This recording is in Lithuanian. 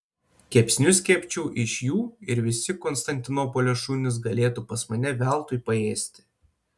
kepsnius kepčiau iš jų ir visi konstantinopolio šunys galėtų pas mane veltui paėsti